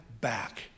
back